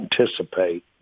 anticipate